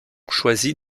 choisi